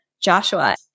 Joshua